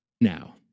Now